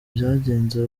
byagenze